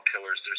killers